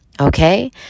okay